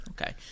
Okay